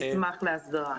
נשמח לעזור.